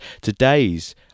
Today's